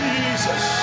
Jesus